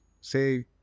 say